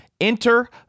Enter